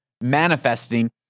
manifesting